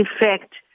effect